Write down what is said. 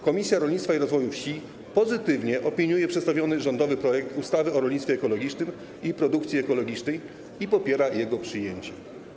Komisja Rolnictwa i Rozwoju Wsi pozytywnie opiniuje przedstawiony rządowy projekt ustawy o rolnictwie ekologicznym i produkcji ekologicznej i popiera jego przyjęcie.